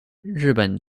日本